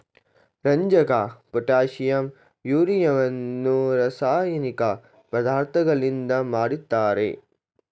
ರಂಜಕ, ಪೊಟ್ಯಾಷಿಂ, ಯೂರಿಯವನ್ನು ರಾಸಾಯನಿಕ ಪದಾರ್ಥಗಳಿಂದ ಮಾಡಿರ್ತರೆ